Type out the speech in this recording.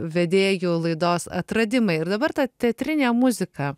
vedėjų laidos atradimai ir dabar tą teatrinė muzika